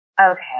Okay